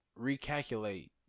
recalculate